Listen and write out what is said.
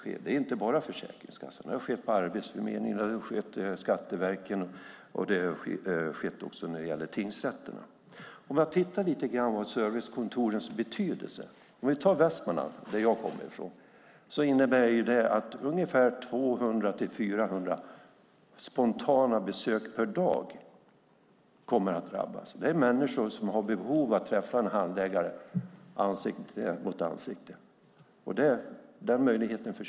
Det gäller inte bara Försäkringskassan; de har skett på Arbetsförmedlingen, på Skatteverket och också på tingsrätterna. Låt oss titta lite grann på servicekontorens betydelse. För Västmanland, som jag kommer ifrån, innebär detta att 200-400 spontana besök per dag kommer att drabbas. Det är människor som har behov av att träffa en handläggare ansikte mot ansikte. Nu försvinner den möjligheten.